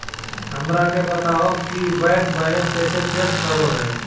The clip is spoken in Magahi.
हमरा के बताओ कि बैंक बैलेंस कैसे चेक करो है?